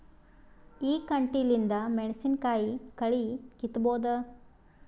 ಈ ಕಂಟಿಲಿಂದ ಮೆಣಸಿನಕಾಯಿ ಕಳಿ ಕಿತ್ತಬೋದ?